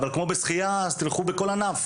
אבל כמו בשחייה, אז תלכו בכל ענף.